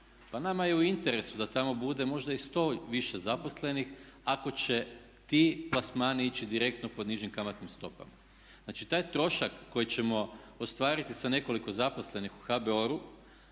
Pa nama je i u interesu da tamo bude možda i 100 više zaposlenih ako će ti plasmani ići direktno pod nižim kamatnim stopama. Znači taj trošak koji ćemo ostvariti sa nekoliko zaposlenih u HBOR-u